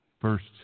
First